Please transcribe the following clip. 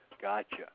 Gotcha